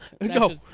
No